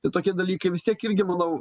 tai tokie dalykai vis tiek irgi manau